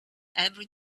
every